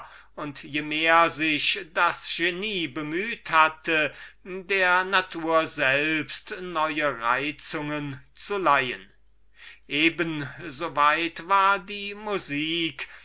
und je mehr sich der genie bemüht hatte der natur selbst neue reizungen zu leihen eben so weit war die musik